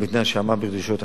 ובתנאי שעמד בדרישות הנוהל.